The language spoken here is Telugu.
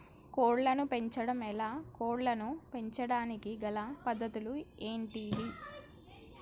కోళ్లను పెంచడం ఎలా, కోళ్లను పెంచడానికి గల పద్ధతులు ఏంటివి?